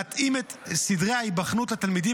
להתאים את סדרי ההיבחנות לתלמידים